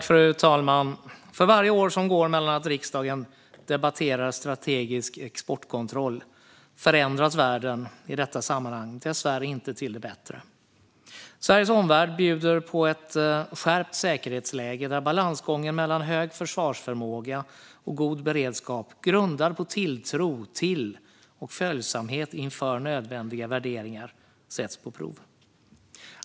Fru talman! För varje år som går mellan att riksdagen debatterar strategisk exportkontroll förändras världen och i detta sammanhang dessvärre inte till det bättre. Sveriges omvärld bjuder på ett skärpt säkerhetsläge där balansgången mellan hög försvarsförmåga och god beredskap grundad på tilltro till och följsamhet inför nödvändiga värderingar sätts på prov.